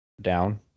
down